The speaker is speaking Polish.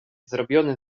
zrobiony